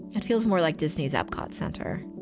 it feels more like disney's epcot center.